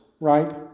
right